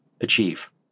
achieve